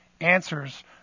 answers